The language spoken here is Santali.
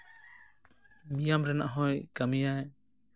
ᱱᱤᱭᱟᱹᱢ ᱨᱮᱱᱟᱜ ᱦᱚᱸᱭ ᱠᱟᱹᱢᱤᱭᱟ